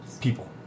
people